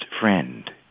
friend